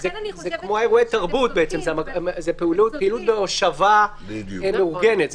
זה כמו אירועי תרבות, זו פעילות בהושבה מאורגנת.